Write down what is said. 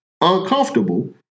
uncomfortable